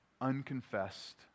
unconfessed